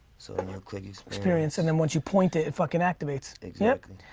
so then you'll click experience and then once you point it, it fucking activates. exactly.